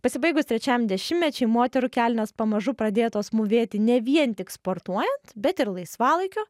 pasibaigus trečiajam dešimtmečiui moterų kelnės pamažu pradėtos mūvėti ne vien tik sportuojant bet ir laisvalaikiu